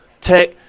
Tech